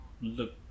look